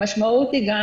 המשמעות היא גם